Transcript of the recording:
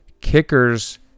kickers